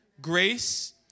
grace